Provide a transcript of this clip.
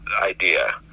idea